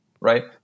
right